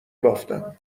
بافتم